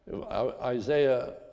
Isaiah